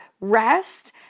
rest